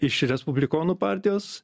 iš respublikonų partijos